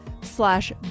slash